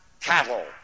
cattle